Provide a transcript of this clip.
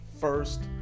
First